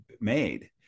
made